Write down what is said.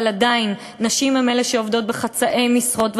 אבל עדיין נשים הן אלה שעובדות בחצאי משרות,